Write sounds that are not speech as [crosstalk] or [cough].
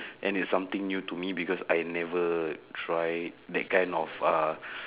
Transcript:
and it's something new to me because I never try that kind of uh [breath]